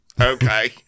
Okay